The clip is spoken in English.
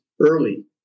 early